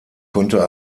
konnte